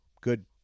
good